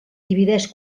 divideix